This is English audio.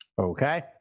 Okay